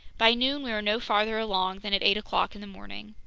by noon we were no farther along than at eight o'clock in the morning.